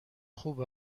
خوب